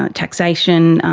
ah taxation,